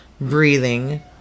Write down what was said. breathing